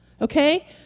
Okay